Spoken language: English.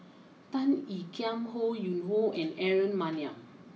Tan Ean Kiam Ho Yuen Hoe and Aaron Maniam